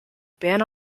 ban